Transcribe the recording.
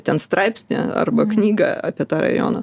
ten straipsnį arba knygą apie tą rajoną